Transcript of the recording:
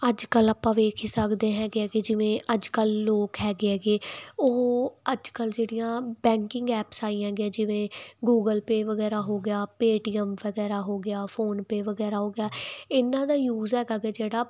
ਅੱਜ ਕੱਲ੍ਹ ਆਪਾਂ ਵੇਖ ਹੀ ਸਕਦੇ ਹੈਗੇ ਆ ਕਿ ਜਿਵੇਂ ਅੱਜ ਕੱਲ੍ਹ ਲੋਕ ਹੈਗੇ ਆ ਗੇ ਉਹ ਅੱਜ ਕੱਲ੍ਹ ਜਿਹੜੀਆਂ ਬੈਂਕਿੰਗ ਐਪਸ ਆਈਆਂ ਗੀਆਂ ਜਿਵੇਂ ਗੂਗਲ ਪੇਅ ਵਗੈਰਾ ਹੋ ਗਿਆ ਪੇਟੀਐਮ ਵਗੈਰਾ ਹੋ ਗਿਆ ਫੋਨਪੇ ਵਗੈਰਾ ਹੋ ਗਿਆ ਇਹਨਾਂ ਦਾ ਯੂਜ ਹੈਗਾ ਗਾ ਜਿਹੜਾ